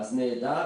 אז נהדר,